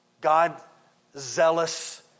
God-zealous